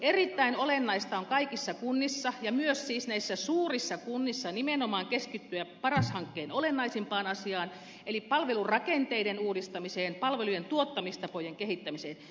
erittäin olennaista on kaikissa kunnissa ja myös siis näissä suurissa kunnissa nimenomaan keskittyä paras hankkeen olennaisimpaan asiaan eli palvelurakenteiden uudistamiseen palvelujen tuottamistapojen kehittämiseen